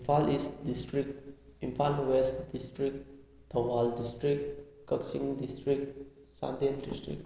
Imphal is district Imphal west district Thoubal district Kakching district Chandel district